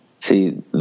see